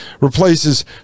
replaces